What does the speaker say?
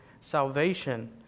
Salvation